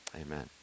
Amen